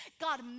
God